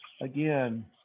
again